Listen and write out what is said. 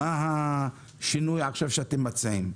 מה השינוי שעכשיו אתם מציעים.